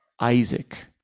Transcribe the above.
Isaac